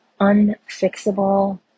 unfixable